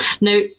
now